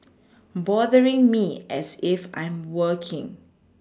bothering me as if I'm working